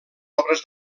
obres